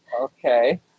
okay